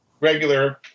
regular